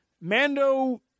Mando